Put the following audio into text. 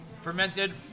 Fermented